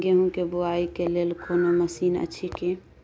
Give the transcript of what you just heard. गेहूँ के बुआई के लेल कोनो मसीन अछि की?